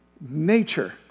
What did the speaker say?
nature